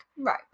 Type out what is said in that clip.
Right